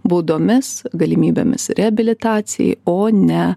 baudomis galimybėmis reabilitacijai o ne